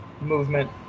movement